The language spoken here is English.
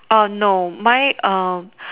orh no mine um